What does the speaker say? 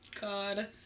god